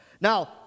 Now